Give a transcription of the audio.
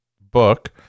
book